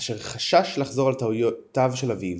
אשר חשש לחזור על טעויותיו של אביו,